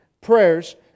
prayers